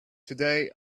today